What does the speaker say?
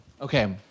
Okay